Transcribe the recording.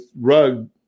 rug